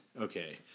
okay